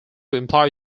imply